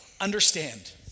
Understand